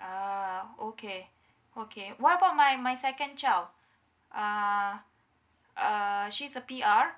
uh okay okay what about my my second child uh uh she's a P_R